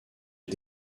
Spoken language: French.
est